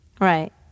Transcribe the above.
Right